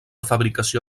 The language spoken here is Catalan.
fabricació